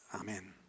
Amen